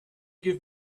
give